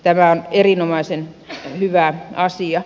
tämä on erinomaisen hyvä asia